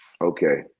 Okay